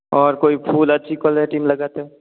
और कोई फूल अच्छी क्वालिटी में लगाते हो